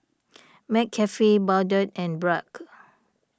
McCafe Bardot and Bragg